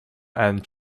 and